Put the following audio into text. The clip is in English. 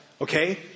Okay